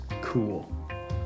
cool